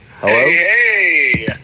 Hello